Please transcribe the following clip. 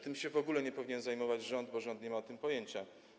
Tym się w ogóle nie powinien zajmować rząd, bo rząd nie ma o tym pojęcia.